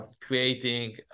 creating